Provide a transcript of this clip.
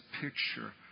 picture